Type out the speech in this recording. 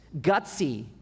gutsy